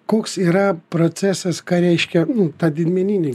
koks yra procesas ką reiškia ta didmeninė